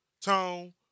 tone